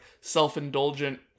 self-indulgent